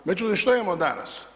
Međutim, što imamo danas?